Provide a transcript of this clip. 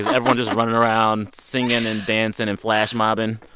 everyone just running around singing and dancing and flash mobbing?